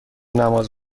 نماز